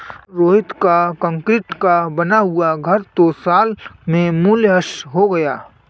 रोहित का कंक्रीट का बना हुआ घर दो साल में मूल्यह्रास हो गया